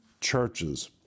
churches